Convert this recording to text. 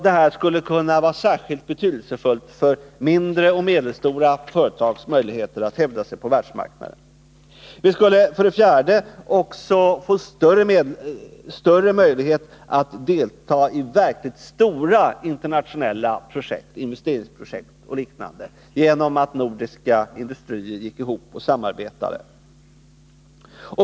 Detta skulle kunna vara särskilt betydelsefullt för mindre och medelstora företags möjligheter att hävda sig på världsmarknaden. Vi skulle för det fjärde också få större möjlighet att delta i verkligt stora internationella projekt, som investeringsprojekt och liknande, genom att den nordiska industrin gick ihop och samarbetade.